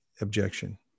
objection